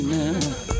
now